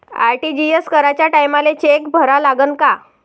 RTGS कराच्या टायमाले cheque भरा लागन का?